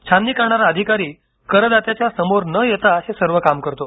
छाननी करणारा अधिकारी करदात्याच्या समोर न येता सर्व काम करतो